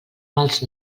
mals